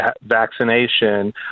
vaccination